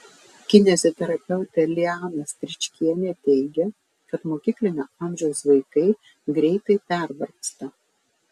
kineziterapeutė liana stričkienė teigia kad mokyklinio amžiaus vaikai greitai pervargsta